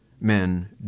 Men